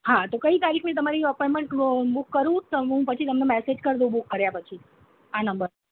હા તો કઈ તારીખની તમારી આપોઈંટમેંટ હું બૂક કરું તમો પછી તમને મેસેજ કરી દઉં બૂક કર્યા પછી આ નંબર